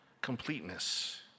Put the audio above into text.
completeness